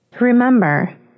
Remember